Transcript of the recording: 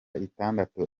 itandatu